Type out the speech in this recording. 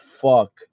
fuck